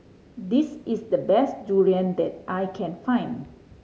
this is the best durian that I can find